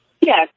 yes